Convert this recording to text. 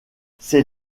ses